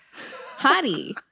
Hottie